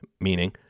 meaning